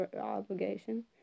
obligation